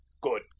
Good